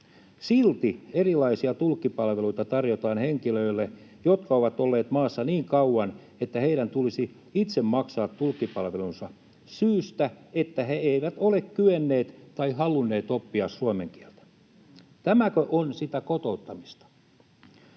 Silti erilaisia tulkkipalveluita tarjotaan henkilöille, jotka ovat olleet maassa niin kauan, että heidän tulisi itse maksaa tulkkipalvelunsa — syystä, että he eivät ole kyenneet tai halunneet oppia suomen kieltä. Tämäkö on sitä kotouttamista?